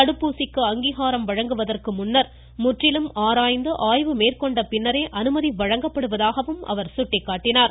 தடுப்பூசிக்கு அங்கீகாரம் வழங்குவதற்கு முன்னர் முற்றிலும் ஆராய்ந்து ஆய்வு மேற்கொண்ட பின்னரே அனுமதி வழங்கப்படுவதாகவும் அவர் சுட்டிக்காட்டினார்